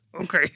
Okay